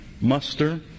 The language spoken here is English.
muster